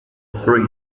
three